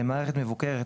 "מערכת מבוקרת",